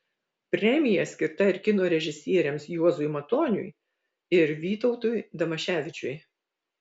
premija skirta ir kino režisieriams juozui matoniui ir vytautui damaševičiui